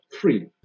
free